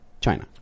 China